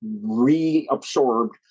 reabsorbed